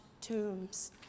tombs